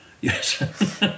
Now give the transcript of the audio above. Yes